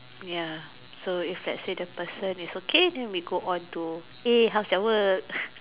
ya so if let's say if the person is okay then we go on to eh how's your work